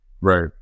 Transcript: Right